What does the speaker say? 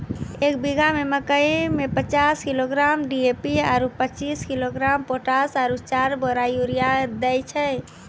एक बीघा मे मकई मे पचास किलोग्राम डी.ए.पी आरु पचीस किलोग्राम पोटास आरु चार बोरा यूरिया दैय छैय?